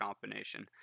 combination